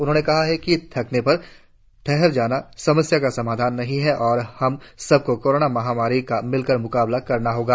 उन्होंने कहा है कि थकने पर ठहर जाना समस्या का समाधान नहीं है और हम सबको कोरोना महामारी का मिलकर म्काबला करना होगा